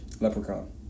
Leprechaun